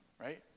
right